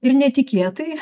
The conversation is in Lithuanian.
ir netikėtai